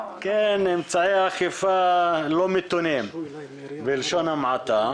אמצעי אכיפה לא מתונים בלשון המעטה,